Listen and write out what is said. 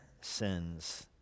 sins